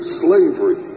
slavery